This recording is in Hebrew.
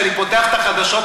כשאני פותח את החדשות,